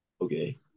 Okay